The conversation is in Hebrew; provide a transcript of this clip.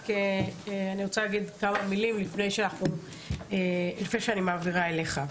רק אני רוצה להגיד כמה מילים לפני שאני מעבירה אליך.